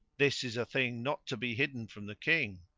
this is a thing not to be hidden from the king.